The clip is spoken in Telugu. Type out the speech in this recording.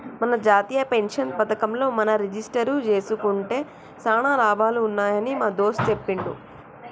మన జాతీయ పెన్షన్ పథకంలో మనం రిజిస్టరు జేసుకుంటే సానా లాభాలు ఉన్నాయని మా దోస్త్ సెప్పిండు